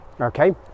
okay